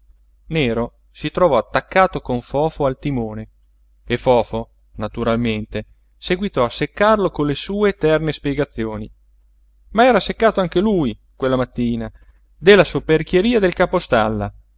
nero si trovò attaccato con fofo al timone e fofo naturalmente seguitò a seccarlo con le sue eterne spiegazioni ma era seccato anche lui quella mattina della soperchieria del